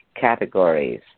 categories